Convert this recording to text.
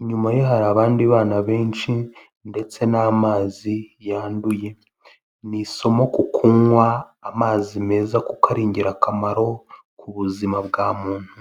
inyuma ye hari abandi bana benshi ndetse n'amazi yanduye. Ni isomo ku kunywa amazi meza kuko ari ingirakamaro ku buzima bwa muntu.